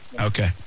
Okay